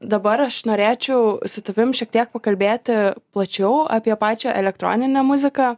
dabar aš norėčiau su tavim šiek tiek pakalbėti plačiau apie pačią elektroninę muziką